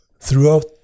Throughout